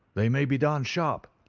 they may be darned sharp,